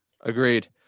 Agreed